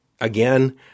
again